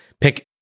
pick